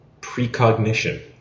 Precognition